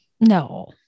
No